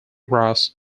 grass